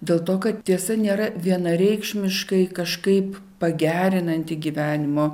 dėl to kad tiesa nėra vienareikšmiškai kažkaip pagerinanti gyvenimo